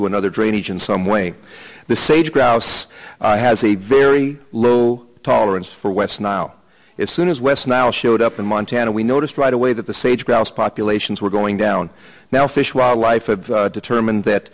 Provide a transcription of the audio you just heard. to another drainage in some way the sage grouse has a very low tolerance for west nile as soon as west nile showed up in montana we noticed right away that the sage grouse populations were going down now fish wildlife determined that